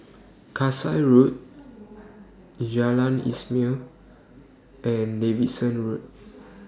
Kasai Road Jalan Ismail and Davidson Road